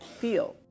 feel